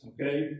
okay